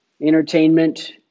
entertainment